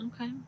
Okay